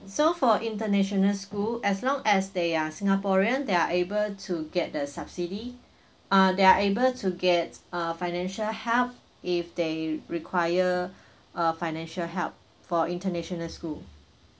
so for international school as long as they are singaporean they're able to get the subsidy ah they're able to get uh financial help if they require uh financial help for international school